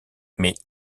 mais